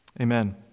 Amen